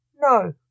No